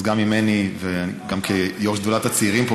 גם ממני וגם כיו"ר שדולת הצעירים פה